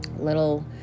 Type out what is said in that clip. little